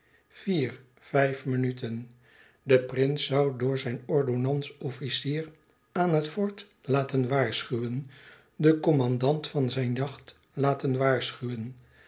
vier vijf minuten de prins zoû door zijn ordonnans-officier aan het fort laten waarschuwen den commandant van zijn yacht laten waarschuwen